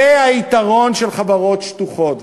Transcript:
זה היתרון של חברות שטוחות.